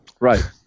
Right